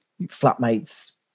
flatmates